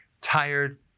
tired